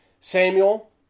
Samuel